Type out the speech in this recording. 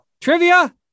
trivia